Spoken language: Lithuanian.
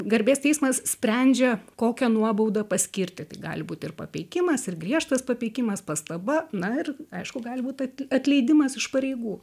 garbės teismas sprendžia kokią nuobaudą paskirti tai gali būt ir papeikimas ir griežtas papeikimas pastaba na ir aišku gali būt at atleidimas iš pareigų